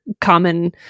common